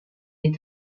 les